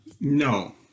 No